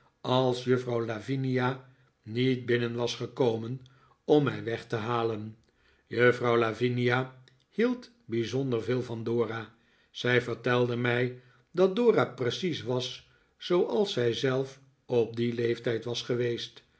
als juffrouw lavinia niet binnen was gekomen om mij weg te halen juffrouw lavinia hield bijzonder veel van dora zij vertelde mij dat dora precies was zooals zij zelf op dien leeftijd was geweest